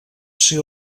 ser